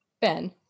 ben